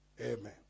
Amen